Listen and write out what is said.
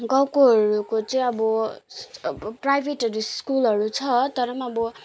गाउँकोहरूको चाहिँ अबअबबो प्राइभेटहरू स्कुलहरू छ तर पनि अब